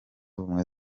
ubumwe